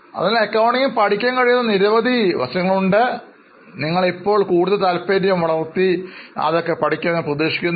അതിനാൽ Accountഗ്ഗിൽ പഠിക്കാൻ കഴിയുന്ന നിരവധി വശങ്ങളുണ്ട് നിങ്ങൾ ഇപ്പോൾ കൂടുതൽ കൂടുതൽ താല്പര്യം വളർത്തി എന്ന് ഞാൻ പ്രതീക്ഷിക്കുന്നു